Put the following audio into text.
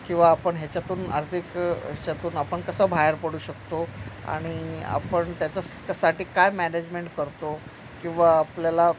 किंवा आपण ह्याच्यातून आर्थिक याच्यातून आपण कसं बाहेर पडू शकतो आणि आपण त्याच्यासाठी काय मॅनेजमेंट करतो किंवा आपल्याला